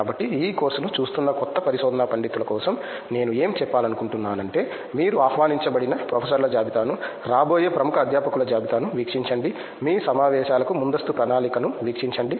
కాబట్టి ఈ కోర్సును చూస్తున్న క్రొత్త పరిశోధనా పండితుల కోసం నేను ఏమి చెప్పాలనుకుంటున్నానంటే మీరు ఆహ్వానించబడిన ప్రొఫెసర్ల జాబితాను రాబోయే ప్రముఖ అధ్యాపకుల జాబితాను వీక్షించండి మీ సమావేశాలకు ముందస్తు ప్రణాళికను వీక్షించండి